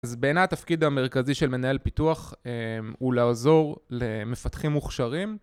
אז בעיני התפקיד המרכזי של מנהל פיתוח הוא לעזור למפתחים מוכשרים.